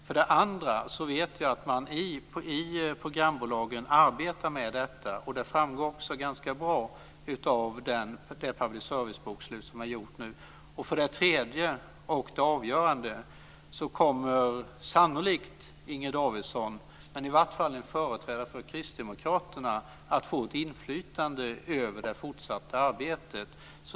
För det andra vet jag att man arbetar med detta i programbolagen. Det framgår också ganska bra av det public service-bokslut som är gjort nu. För det tredje, och det är också det avgörande, kommer sannolikt Inger Davidson, eller i alla fall en företrädare för Kristdemokraterna, att få ett inflytande över det fortsatta arbetet.